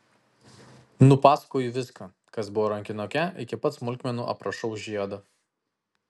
nupasakoju viską kas buvo rankinuke iki pat smulkmenų aprašau žiedą